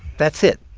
that's it.